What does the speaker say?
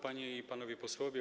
Panie i Panowie Posłowie!